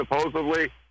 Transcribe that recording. supposedly